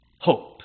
hope